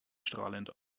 strahlend